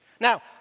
Now